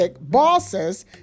bosses